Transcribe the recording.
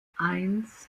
eins